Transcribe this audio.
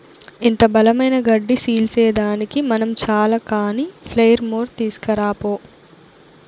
ఇంత బలమైన గడ్డి సీల్సేదానికి మనం చాల కానీ ప్లెయిర్ మోర్ తీస్కరా పో